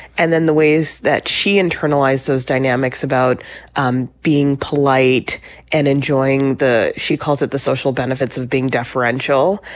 and then the ways that she internalized those dynamics about um being polite and enjoying the she calls it the social benefits of being deferential.